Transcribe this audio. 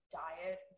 diet